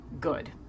good